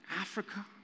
Africa